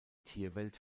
tierwelt